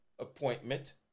appointment